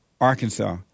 Arkansas